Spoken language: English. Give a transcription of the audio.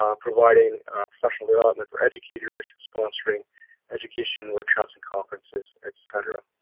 um providing professional development for educators, sponsoring education workshops and conferences, etc